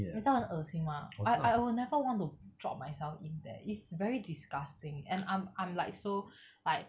你知道很恶心吗 I I will never want to drop myself in there it's very disgusting and I I'm like so like